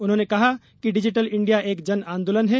उन्होंने कहा कि डिजिटल इंडिया एक जन आंदोलन है